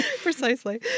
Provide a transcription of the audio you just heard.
precisely